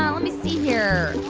um let me see here.